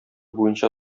буенча